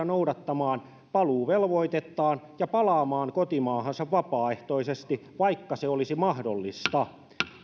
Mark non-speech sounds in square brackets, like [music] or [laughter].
[unintelligible] noudattamaan paluuvelvoitettaan ja palaamaan kotimaahansa vapaaehtoisesti vaikka se olisi mahdollista